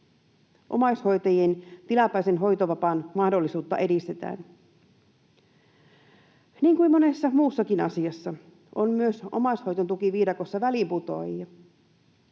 Omaishoitajien tilapäisen hoitovapaan mahdollisuutta edistetään. Niin kuin monessa muussakin asiassa, on myös omaishoidontukiviidakossa väliinputoa-jia.